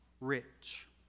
rich